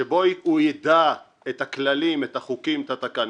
שבו הוא ידע את הכללים, את החוקים, את התקנות,